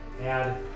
Add